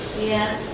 yeah.